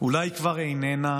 // אולי כבר איננה?